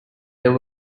there